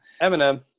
Eminem